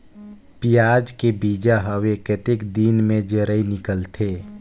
पियाज के बीजा हवे कतेक दिन मे जराई निकलथे?